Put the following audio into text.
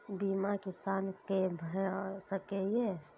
बीमा किसान कै भ सके ये?